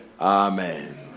Amen